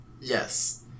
Yes